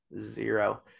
zero